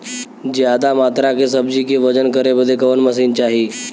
ज्यादा मात्रा के सब्जी के वजन करे बदे कवन मशीन चाही?